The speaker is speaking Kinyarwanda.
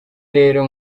rero